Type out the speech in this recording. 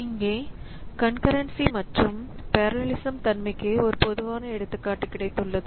இங்கே கன்கரன்சி மற்றும் பெரலலிசம் தன்மைக்கு ஒரு பொதுவான எடுத்துக்காட்டு கிடைத்துள்ளது